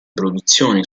produzioni